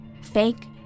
Fake